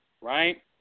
right